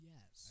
Yes